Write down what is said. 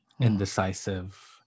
indecisive